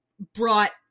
brought